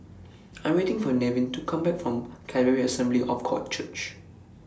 I Am waiting For Nevin to Come Back from Calvary Assembly of God Church